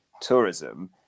tourism